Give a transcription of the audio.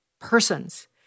persons